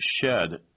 shed